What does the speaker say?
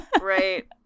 Right